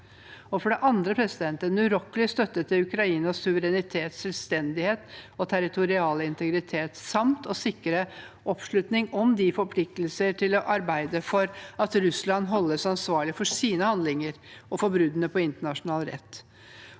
For det andre: en urokkelig støtte til Ukrainas suverenitet, selvstendighet og territoriale integritet samt å sikre oppslutning om en forpliktelse til å arbeide for at Russland holdes ansvarlig for sine handlinger og for bruddene på internasjonal rett.